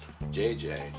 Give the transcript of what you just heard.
JJ